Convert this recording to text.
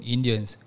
Indians